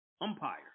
umpire